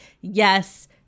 yes